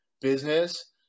business